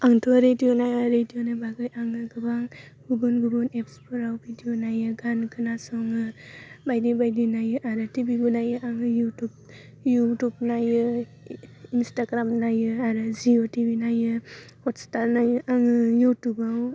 आंथ' रेदिअ नाया रेदिअ नायबाङाखै आङो गोबां गुबुन गुबुन एप्सफोराव भिदिअ नायो गान खोनासङो बायदि बायदि नायो आरो टिभिबो नायो आङो इउटुब नायो इन्सटाग्राम नायो आरो जिअ' टिभि नायो हटस्टार नायो आङो इउटुबाव